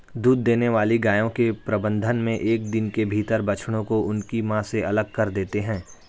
दूध देने वाली गायों के प्रबंधन मे एक दिन के भीतर बछड़ों को उनकी मां से अलग कर देते हैं